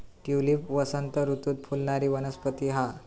tulip वसंत ऋतूत फुलणारी वनस्पती हा